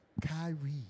Kyrie